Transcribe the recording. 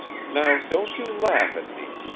now don't you laugh at me.